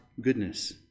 goodness